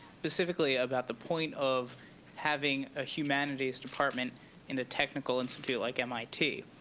specifically about the point of having a humanities department in a technical institute like mit.